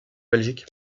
belgique